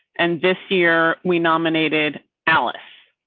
and this year we nominated alice.